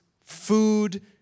food